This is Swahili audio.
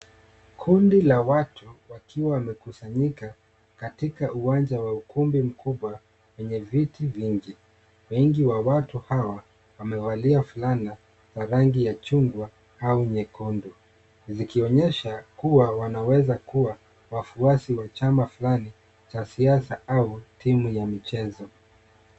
Kundi la watu wakiwa wamekusanyika katika uwanja wa ukumbi mkubwa wenye viti vingi. Wengi wa watu hawa wamevalia fulana la rangi ya chungwa au jekundu zikionyesha kuwa wanaweza kuwa wafuasi wa chama fulani cha siasa au timu ya michezo.